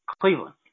Cleveland